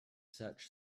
such